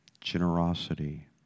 generosity